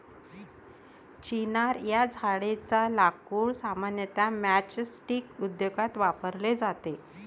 चिनार या झाडेच्या लाकूड सामान्यतः मैचस्टीक उद्योगात वापरले जाते